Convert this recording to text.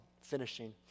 finishing